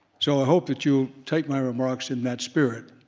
so i hope that you'll take my remarks in that spirit.